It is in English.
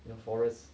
you know forest